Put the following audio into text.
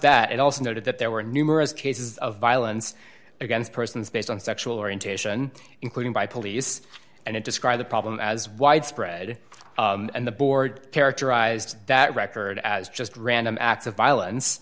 that it also noted that there were numerous cases of violence against persons based on sexual orientation including by police and it described the problem as widespread and the board characterized that record as just random acts of violence